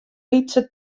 lytse